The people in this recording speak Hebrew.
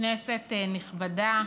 כנסת נכבדה,